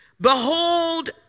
Behold